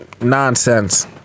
nonsense